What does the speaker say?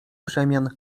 przemian